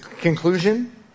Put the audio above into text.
conclusion